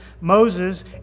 Moses